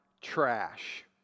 trash